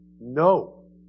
No